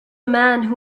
man